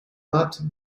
mat